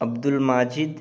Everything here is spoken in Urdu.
عبد الماجد